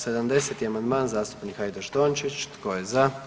70. amandman, zastupnik Hajdaš Dončić, tko je za?